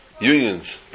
unions